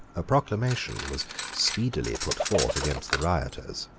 a proclamation was speedily put forth against the rioters.